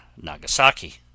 Nagasaki